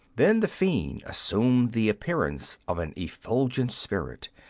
then the fiend assumed the appearance of an effulgent spirit,